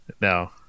no